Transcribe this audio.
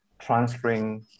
Transferring